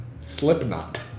Slipknot